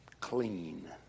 clean